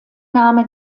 name